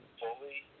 fully